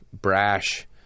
brash